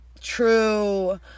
True